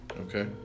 Okay